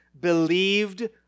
believed